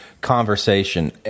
conversation